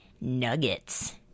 nuggets